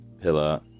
pillar